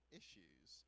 issues